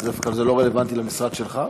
זה לא רלוונטי למשרד שלך?